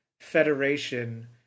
federation